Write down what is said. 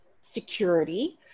security